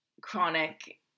chronic